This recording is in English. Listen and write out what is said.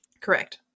Correct